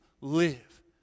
live